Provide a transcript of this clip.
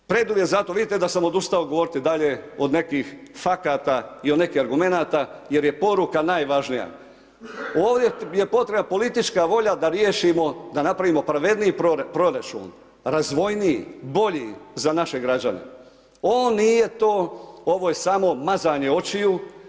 Preduvjet zato, vidite da se odustao govoriti dalje od nekih fakata i od nekih argumenata jer je poruka najvažnija, ovdje je potrebna politička volja da napravimo pravedniji proračun, razvojniji, bolji za naše građane, on nije to, ovo je samo mazanje očiju.